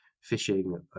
fishing